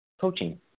coaching